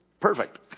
perfect